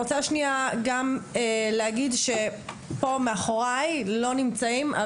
פה מאחוריי לא נמצאים פיסית,